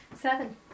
Seven